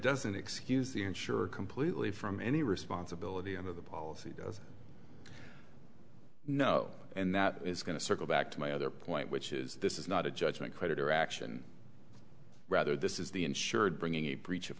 doesn't excuse the insurer completely from any responsibility of the policy does no and that is going to circle back to my other point which is this is not a judgment creditor action rather this is the insured bringing a breach of